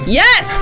yes